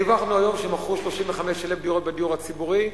דווח לנו היום שמכרו 35,000 דירות בדיור הציבורי.